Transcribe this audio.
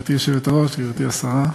גברתי השרה,